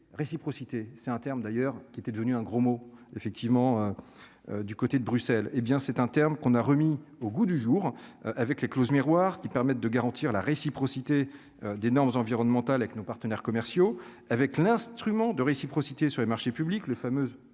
réciprocité c'est un terme d'ailleurs qui était devenu un gros mot effectivement du côté de Bruxelles, hé bien, c'est un terme qu'on a remis au goût du jour avec les clauses miroirs qui permettent de garantir la réciprocité des normes environnementales avec nos partenaires commerciaux avec l'instrument de réciprocité sur les marchés publics, les fameuses